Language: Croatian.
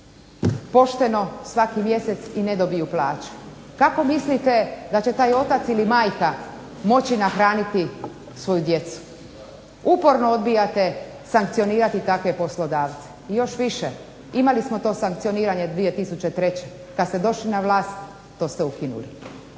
pošteno svaki mjesec i ne dobiju plaću. Kako mislite da će taj otac ili majka moći nahraniti svoju djecu? Uporno odbijate sankcionirati takve poslodavce. I još više, imali smo to sankcioniranje 2003. Kad ste došli na vlast to ste ukinuli.